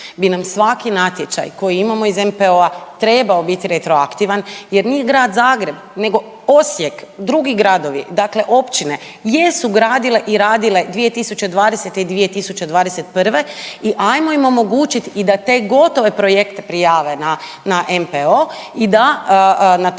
bi nam se svaki natječaj koji imamo iz NPO-a trebao biti retroaktivan jer nije Grad Zagreb nego Osijek, drugi gradovi, dakle općine jesu gradile i radile 2020. i 2021. i ajmo im omogućiti da te gotove projekte prijave na, na NPO i da na taj